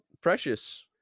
Precious